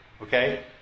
Okay